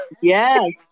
Yes